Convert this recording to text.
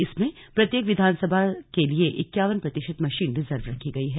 इसमें प्रत्येक विधानसभा सभा के लिये इक्यावन प्रतिशत मशीन रिजर्व रखी गयी हैं